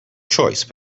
choice